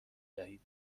دهید